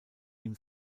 ihm